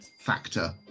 factor